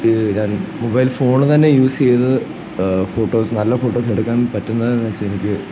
ഞാൻ mobile phone തന്നെ use ചെയ്തത് ഫോട്ടോസ് നല്ല ഫോട്ടോസെടുക്കാൻ പറ്റുന്നെന്നു വെച്ചാൽ എനിക്ക്